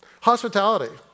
Hospitality